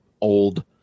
old